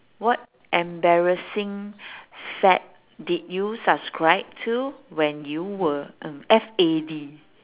what embarrassing fad did you subscribe to when you were uh F A D